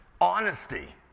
honesty